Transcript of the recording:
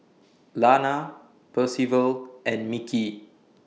Lana Percival and Mickie